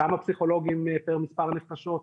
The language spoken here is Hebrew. כמה פסיכולוגים פר מספר נפשות,